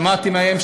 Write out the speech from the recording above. שמעתי מהם,